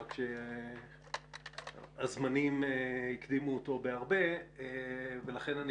רק שהזמנים הקדימו אותו בהרבה ולכן אני